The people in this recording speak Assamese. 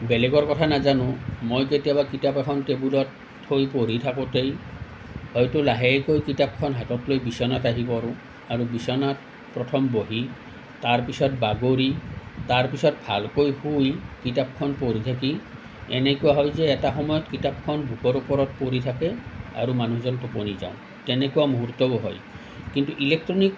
বেলেগৰ কথা নাজানো মই কেতিয়াবা কিতাপ এখন টেবুলত থৈ পঢ়ি থাকোতেই হয়তো লাহেকৈ কিতাপখন হাতত লৈ বিচনাত আহি পৰোঁ আৰু বিচনাত প্ৰথম বহি তাৰ পিছত বাগৰি তাৰ পিছত ভালকৈ শুই কিতাপখন পঢ়ি থাকি এনেকুৱা হয় যে এটা সময়ত কিতাপখন বুকৰ ওপৰত পৰি থাকে আৰু মানুহজন টোপনি যাওঁ তেনেকুৱা মূহুৰ্তও হয় কিন্তু ইলেকট্ৰনিক